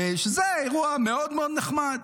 שזה אירוע מאוד מאוד נחמד.